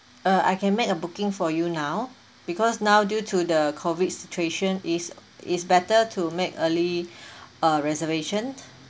uh I can make a booking for you now because now due to the COVID situation is is better to make early uh reservations